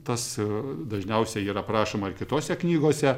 tas dažniausiai yra aprašoma ir kitose knygose